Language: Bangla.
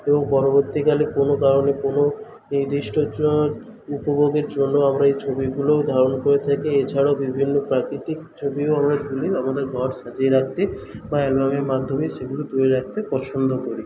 এবং পরবর্তীকালে কোনো কারণে কোনো নির্দিষ্ট উপভোগের জন্য আমরা এই ছবিগুলো ধারণ করে থাকি এছাড়াও বিভিন্ন প্রাকৃতিক ছবিও আমরা তুলি আমাদের ঘর সাজিয়ে রাখতে বা অ্যালবামের মাধ্যমে সেগুলো তুলে রাখতে পছন্দ করি